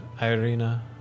Irina